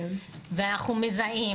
ואנחנו מזהים